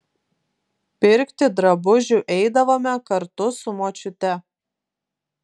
pirkti drabužių eidavome kartu su močiute